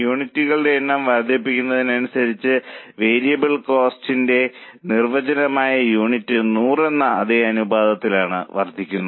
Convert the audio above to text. യൂണിറ്റുകളുടെ എണ്ണം വർദ്ധിക്കുന്നതിനനുസരിച്ച് വേരിയബിൾ കോസ്റ്റിന്റെ നിർവചനമായ യൂണിറ്റിന് 100 എന്ന അതേ അനുപാതത്തിൽ അത് വർദ്ധിക്കും